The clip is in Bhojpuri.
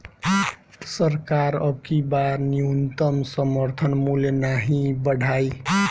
सरकार अबकी बार न्यूनतम समर्थन मूल्य नाही बढ़ाई